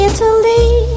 Italy